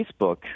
Facebook